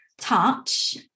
touch